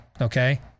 okay